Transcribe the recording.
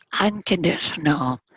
unconditional